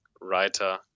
writer